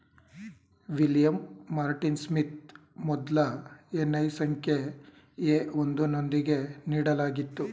William Martin Smith ಮೊದ್ಲ NI ಸಂಖ್ಯೆ A ಒಂದು ನೊಂದಿಗೆ ನೀಡಲಾಗಿತ್ತು